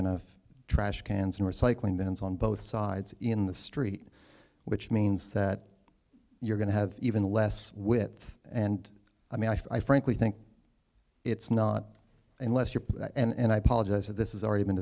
have trash cans in recycling bins on both sides in the street which means that you're going to have even less width and i mean i frankly think it's not unless you're that and i apologize if this is already been